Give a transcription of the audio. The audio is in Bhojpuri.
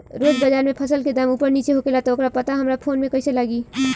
रोज़ बाज़ार मे फसल के दाम ऊपर नीचे होखेला त ओकर पता हमरा फोन मे कैसे लागी?